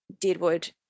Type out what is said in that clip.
Deadwood